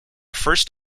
first